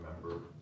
remember